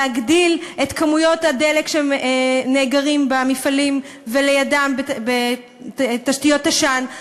להגדיל את כמויות הדלק שנאגרות במפעלים ולידם בתשתיות תש"ן.